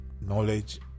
knowledge